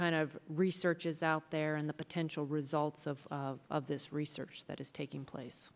kind of research is out there and the potential results of this research that is taking place